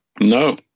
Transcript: no